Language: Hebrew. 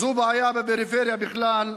זו בעיה בפריפריה בכלל,